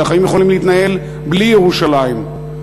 שהחיים יכולים להתנהל בלי ירושלים.